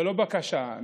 ללא בקשה,